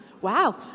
Wow